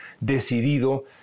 decidido